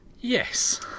Yes